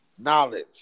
Knowledge